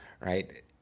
right